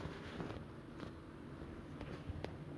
keep good relations with um